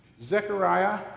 Zechariah